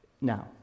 now